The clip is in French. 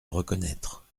reconnaître